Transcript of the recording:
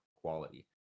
quality